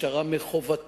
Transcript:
מחובת